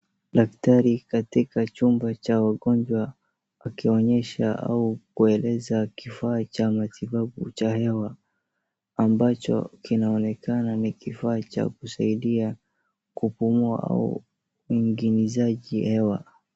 Daktari katika chumba cha wagonjwa akionyesha au kueleza kifaa cha matibabu cha hewa, ambacho kinaonekana ni kifaa cha kusaidia kupumua au uingilizaji hewa.